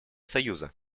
союза